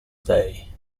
day